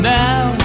now